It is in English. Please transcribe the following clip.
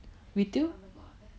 retail